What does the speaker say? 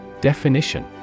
Definition